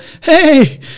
hey